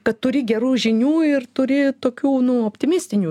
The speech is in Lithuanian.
kad turi gerų žinių ir turi tokių optimistinių